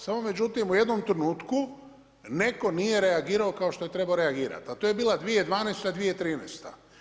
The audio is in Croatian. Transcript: Samo međutim u jednom trenutku netko nije reagirao kao što je trebao reagirati, a to je bila 2012., 2013.